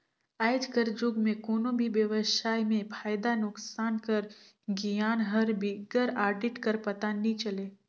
आएज कर जुग में कोनो भी बेवसाय में फयदा नोसकान कर गियान हर बिगर आडिट कर पता नी चले